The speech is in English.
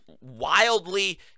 Wildly